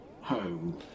home